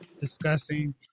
discussing